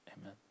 Amen